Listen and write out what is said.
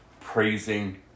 praising